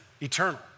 eternal